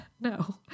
no